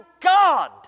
God